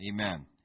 Amen